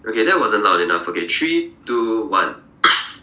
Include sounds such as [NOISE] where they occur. okay that wasn't loud enough okay three two one [NOISE]